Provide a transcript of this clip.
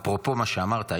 --- אפרופו מה שאמרת,